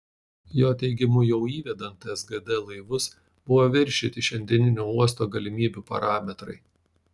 jo teigimu jau įvedant sgd laivus buvo viršyti šiandieninio uosto galimybių parametrai